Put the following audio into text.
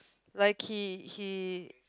like he he